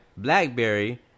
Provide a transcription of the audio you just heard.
blackberry